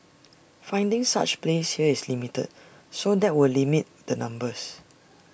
finding such A place here is limited so that will limit the numbers